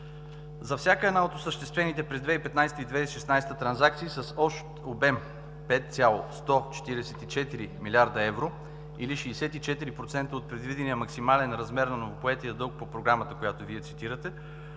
За всяка една от осъществените през 2015 г. и 2016 г. трансакции с общ обем 5,144 млрд. евро или 64% от предвидения максимален размер на ново поетия дълг по Програмата, която Вие цитирате,